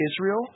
Israel